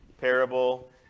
parable